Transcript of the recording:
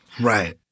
Right